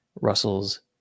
Russell's